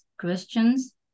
questions